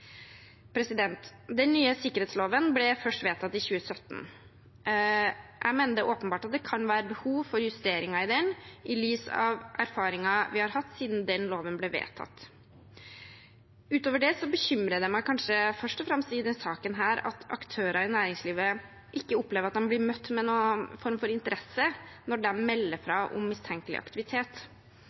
Den nye sikkerhetsloven ble først vedtatt i 2017. Jeg mener det er åpenbart at det kan være behov for justeringer i den i lys av erfaringer vi har hatt siden loven ble vedtatt. Utover det er kanskje det som først og fremst bekymrer meg i denne saken, at aktører i næringslivet ikke opplever at de blir møtt med noen form for interesse når de melder fra om mistenkelig aktivitet.